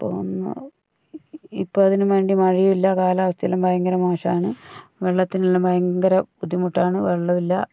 ഇപ്പോൾ ഒന്ന് ഇപ്പോൾ അതിനും വേണ്ടി മഴയും ഇല്ല കാലാവസ്ഥയെല്ലാം ഭയങ്കര മോശാണ് വെള്ളത്തിനെല്ലാം ഭയങ്കര ബുദ്ധിമുട്ടാണ് വെള്ളം ഇല്ല